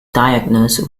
diagnosed